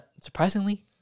Surprisingly